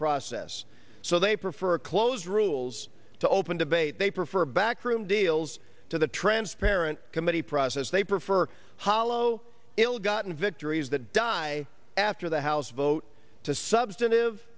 process so they prefer a close rules to open debate they prefer backroom deals to the transparent committee process they prefer hollow ill gotten victories that die after the house vote to substantive